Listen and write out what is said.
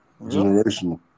Generational